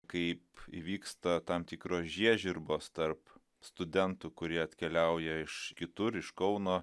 kaip įvyksta tam tikros žiežirbos tarp studentų kurie atkeliauja iš kitur iš kauno